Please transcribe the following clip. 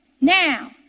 Now